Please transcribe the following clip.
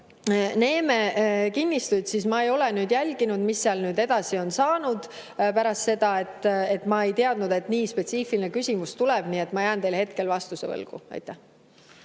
Neeme kinnistuid, siis ma ei ole nüüd jälginud, mis seal pärast on edasi saanud. Ma ei teadnud, et nii spetsiifiline küsimus tuleb, nii et ma jään teile hetkel vastuse võlgu. Aitäh!